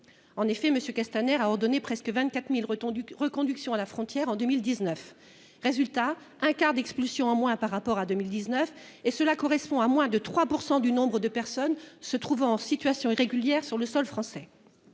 sanitaire : M. Castaner avait ordonné presque 24 000 reconductions à la frontière en 2019 ! Résultat, il y a un quart d'expulsions en moins par rapport à 2019, et cela correspond à moins de 3 % du nombre des personnes qui se trouvent en situation irrégulière sur le sol français.